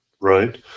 right